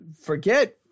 forget